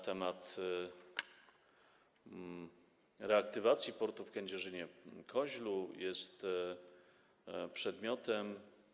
Temat reaktywacji portu w Kędzierzynie-Koźlu jest przedmiotem.